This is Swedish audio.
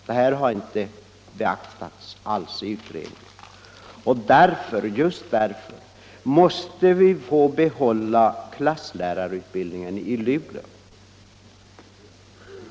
Detta har inte beaktats alls i utredningen och just därför måste vi få behålla klasslärarutbildningen i Luleå.